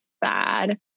bad